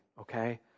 okay